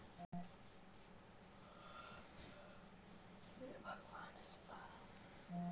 Potash प्रति एकड़ जमीन में केतना देबे पड़तै?